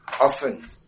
often